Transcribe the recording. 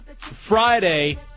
Friday